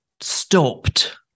stopped